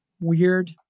weird